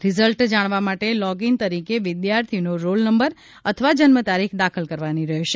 result જાણવા માટે login તરીકે વિદ્યાર્થીનો રોલનંબર અથવા જન્મતારીખ દાખલ કરવાની રહેશે